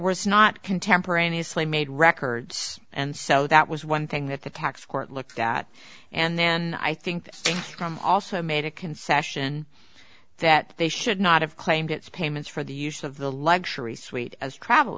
was not contemporaneously made records and so that was one thing that the tax court looked at and then i think from also made a concession that they should not have claimed its payments for the use of the luxury suite as travel